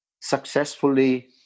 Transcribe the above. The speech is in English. successfully